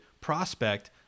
prospect